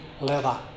leather